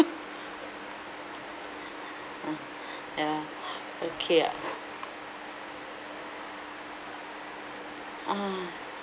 uh ah okay ah uh